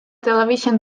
television